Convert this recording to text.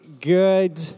good